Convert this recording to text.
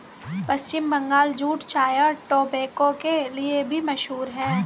पश्चिम Bangal jute चाय और tobacco के लिए भी मशहूर है